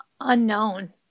unknown